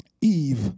Eve